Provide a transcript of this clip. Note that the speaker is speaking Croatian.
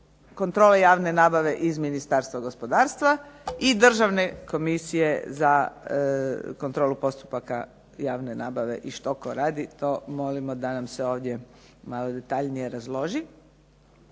kontrole javne nabave iz Ministarstva gospodarstva i Državne komisije za kontrolu postupaka javne nabave i što tko radi molimo da nas se ovdje malo detaljnije razloži.